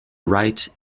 right